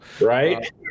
right